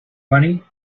money